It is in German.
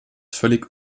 völlig